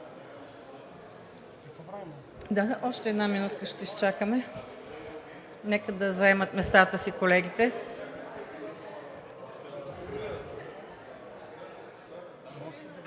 си! Още една минутка ще изчакаме. Нека заемат местата си колегите.